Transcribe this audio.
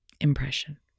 impression